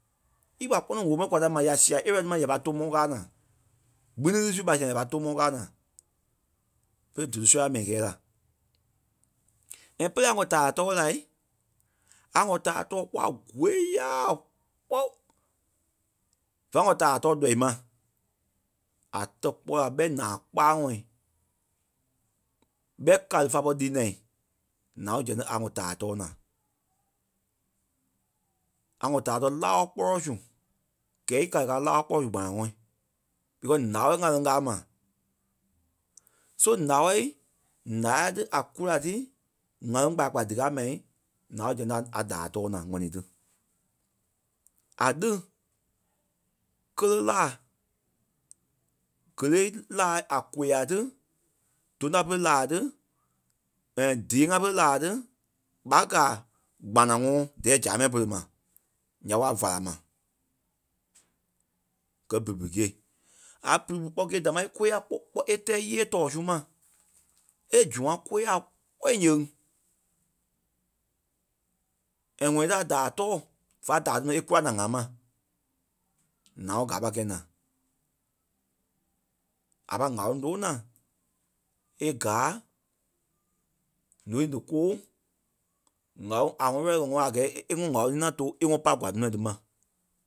Í kpa kpɔnɔ ŋ̀óo mɛni kwa ta ma ya sia area ti ma ya pa tou mɔ́ káa naa. Gbili ti su ya sia ya pa tou mɔ́ kaa naa. Berei dúdu sɔ́ya mɛni kɛɛ la. And pɛ́lɛ a ŋ̀ɔ taai tɔɔ lai, a wɔ̀ taai tɔɔ kpɔ a gôyaaa kpɔ́. Va wɔ̀ taai tɔɔ lɔii ma. A tɛ̀ kpɔ́ ɓɛ naa kpaȧŋɔɔ. ɓɛi gáli fá pɔri lii naa. Naa ɓɛ zɛŋ ti a wɔ̀ taai tɔɔ naa. a wɔ̀ taai tɔɔ lâɔ gbɔlɔ su. Gɛi í gála káa lâɔ gbɔlɔ su kpanaŋɔɔ because lâɔ ŋâleŋ káa ma. So lâɔ ǹaa tí a kula ti ŋ̀âleŋ kpaya kpaya díkaa ma, naa ɓé zɛŋ ti a daai tɔɔ naa ŋɔni tí. A lí kéle láa géle laa a kôya ti dôŋ lá pere láa tí, díi ŋa pere láa ti ɓa gaa kpanaŋɔɔ dɛɛ sâmai pere ma nya ɓé a vala ma. Gɛ́ bibi gîe. A bibi kpɔ́ gîe damaa e kôyaa kpɔ́ kpɔ́ e tɛɛ íyee tɔɔ su ma, e zũa kôyaa kpɔ́ a yèŋ. And ŋɔni a daai tɔɔ va daai nɔ e kula la ŋaa ma. Naa ɓé gaa pai kɛi naa. A pai ŋ̀áloŋ tóo naa e gaa ǹúu ti kɔɔ̂ŋ ŋ̀áloŋ. A hundred ŋɔnɔ a gɛɛ e- e ŋ̀áloŋ ŋí ŋaŋ tóo e ŋɔnɔ pai kwaa tɔnɔ ti ma.